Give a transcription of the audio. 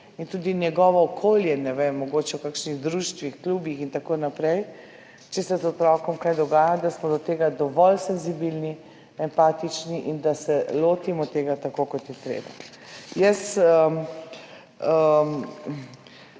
in tudi njegovo okolje, ne vem, mogoče v kakšnih društvih, klubih in tako naprej, če se z otrokom kaj dogaja, da smo do tega dovolj senzibilni, empatični in da se lotimo tega tako, kot je treba. Naj